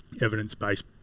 evidence-based